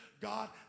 God